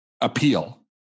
appeal